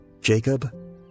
Jacob